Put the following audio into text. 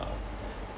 uh